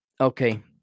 Okay